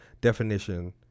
definition